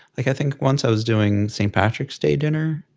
like i think once i was doing st. patrick's day dinner.